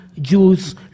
Jews